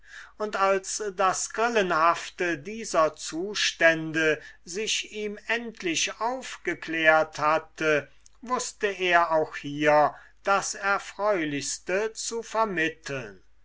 und als das grillenhafte dieser zustände sich ihm endlich aufgeklärt hatte wußte er auch hier das erfreulichste zu vermitteln